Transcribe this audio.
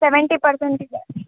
seventy percent ಇದೆ